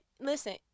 Listen